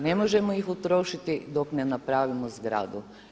Ne možemo ih utrošiti dok ne napravimo zgradu.